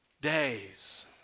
days